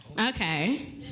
Okay